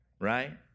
right